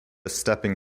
stepping